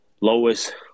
lowest